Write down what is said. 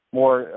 more